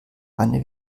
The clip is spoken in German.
eine